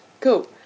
Cool